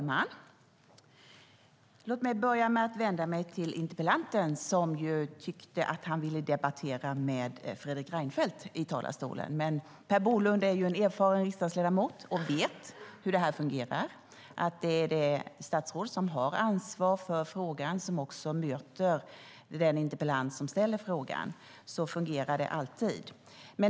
Herr talman! Interpellanten säger att han hade velat debattera med Fredrik Reinfeldt. Men Per Bolund är en erfaren riksdagsledamot och vet hur det här fungerar. Det är det statsråd som har ansvar för frågan som besvarar interpellationen. Så fungerar det alltid.